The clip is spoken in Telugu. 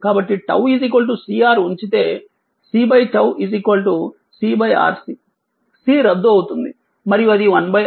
కాబట్టి 𝝉 CR ఉంచితే C 𝝉 C RC C రద్దు అవుతుంది మరియు అది 1 R అవుతుంది